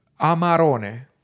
amarone